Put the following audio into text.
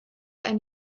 ein